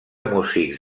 músics